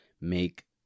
make